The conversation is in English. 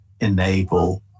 enable